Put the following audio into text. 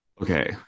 Okay